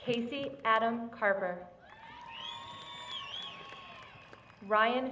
casey adam carver ryan